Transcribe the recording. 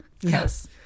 Yes